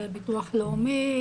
לביטוח לאומי,